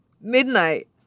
midnight